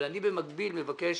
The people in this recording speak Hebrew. אבל אני במקביל מבקש